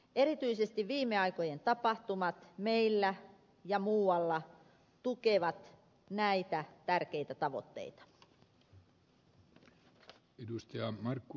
erityisesti viime aikojen tapahtumat meillä ja muualla tukevat näitä tärkeitä tavoitteita